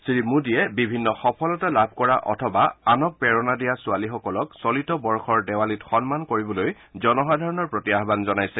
শ্ৰীমোদীয়ে বিভিন্ন সফলতা লাভ কৰা অথবা আনক প্ৰেৰণা দিয়া ছোৱালীসকলক চলিত বৰ্ষৰ দেৱালীত সন্মান কৰিবলৈ জনসাধাৰণৰ প্ৰতি আহ্বান জনাইছে